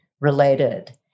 related